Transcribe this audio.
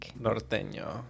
Norteño